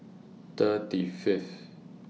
thirty Fifth